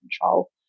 control